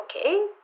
Okay